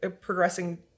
progressing